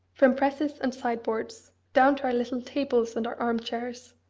from presses and sideboards, down to our little tables and our arm-chairs,